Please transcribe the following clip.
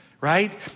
right